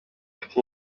afite